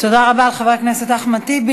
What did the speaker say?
תודה רבה לחבר הכנסת אחמד טיבי.